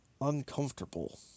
uncomfortable